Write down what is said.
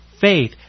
faith